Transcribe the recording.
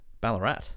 Ballarat